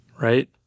right